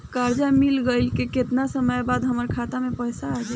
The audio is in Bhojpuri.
कर्जा मिल गईला के केतना समय बाद हमरा खाता मे पैसा आ जायी?